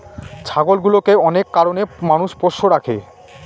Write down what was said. ছাগলগুলোকে অনেক কারনে মানুষ পোষ্য রাখে